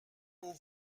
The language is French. aux